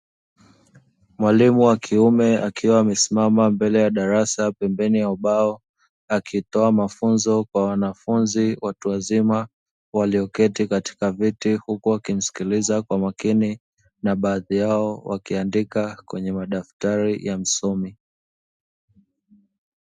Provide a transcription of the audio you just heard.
Mwalimu wa kiume akiwa amesimama mbele ya darasa pembeni ya ubao, akitoa mafunzo kwa wanafunzi watu wazima walioketi katika viti huku wakimsikiliza kwa makini na baadhi yao wakiandika kwenye madaftari ya msomi.